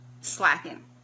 Slacking